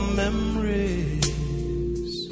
memories